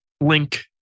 link